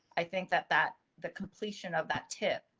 i think that that the completion of that tip.